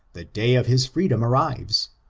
the day of his freedom arrives!